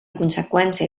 conseqüència